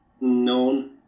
known